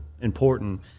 important